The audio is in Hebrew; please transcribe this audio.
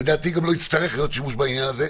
לדעתי גם לא יצטרך להיות שימוש בעניין הזה.